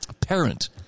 parent